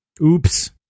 Oops